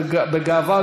בגאווה,